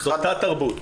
תת תרבות.